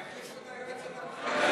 יחליפו את היועצת המשפטית.